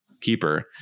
keeper